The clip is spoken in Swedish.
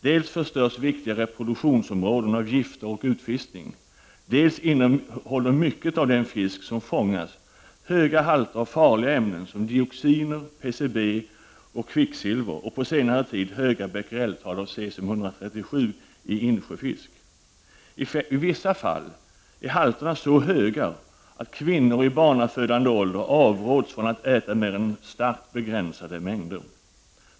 Dels förstörs viktiga reproduktionsområden av gifter och utfiskning, dels innehåller mycket av den fisk som fångas höga halter av farliga ämnen som dioxiner, PCB och kvicksilver samt på senare tid höga becquereltal för cesium 137 i insjöfisk. I vissa fall är halterna så höga att kvinnor i barnafödande ålder avråds från att äta mer än starkt begränsade mängder.